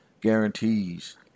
guarantees